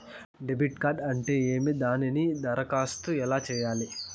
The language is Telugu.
డెబిట్ కార్డు అంటే ఏమి దానికి దరఖాస్తు ఎలా సేయాలి